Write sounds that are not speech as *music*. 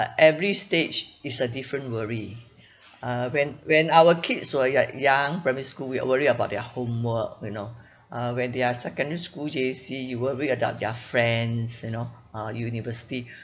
every stage is a different worry *breath* uh when when our kids were ya young primary school we are worried about their homework you know *breath* uh when they are secondary school J_C you worry about their friends you know uh university